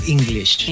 English